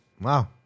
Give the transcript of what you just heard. Wow